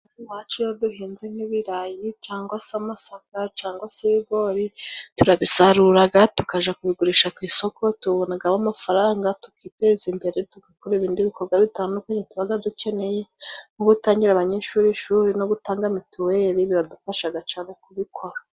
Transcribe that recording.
Iwacu iyo duhinze nk'ibirayi cangwa se amasaka cangwa se ibigori, turabisaruraga tukaja kubigurisha ku isoko. Tubonagamo amafaranga, tukiteza imbere, tugakora ibindi bikorwa bitandukanye tubaga dukeneye nko gutangira abanyeshuri ishuri no gutanga mituweli, biradufashaga cane kubikora.